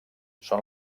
són